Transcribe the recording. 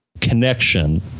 connection